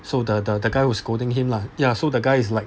so the the guy was scolding him lah ya so the guy is like